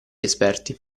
esperti